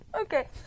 Okay